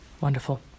wonderful